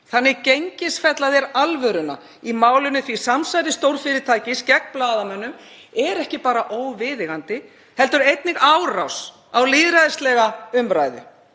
Þannig gengisfella þeir alvöruna í málinu því samsæri stórfyrirtækis gegn blaðamönnum er ekki bara óviðeigandi heldur einnig árás á lýðræðislega umræðu.